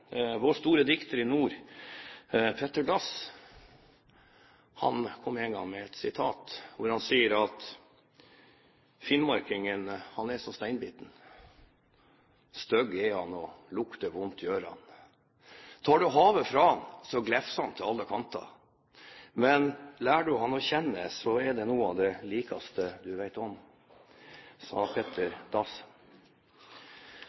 dikter i nord skrev en gang noe sånt som at finnmarkingen er som steinbiten. Stygg er han, lukter gjør han, og tar du havet fra ham, så biter han til alle kanter. Men lærer du ham å kjenne, er han noe av det likeste du vet om, sa